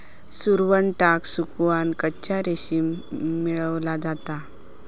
सुरवंटाक सुकवन कच्चा रेशीम मेळवला जाता